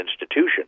institution